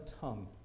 tongue